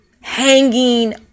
hanging